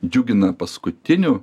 džiugina paskutiniu